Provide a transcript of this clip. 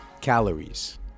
calories